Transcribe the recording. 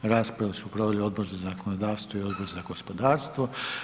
Raspravu su proveli Odbor za zakonodavstvo i Odbor za gospodarstvo.